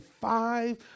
Five